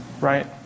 Right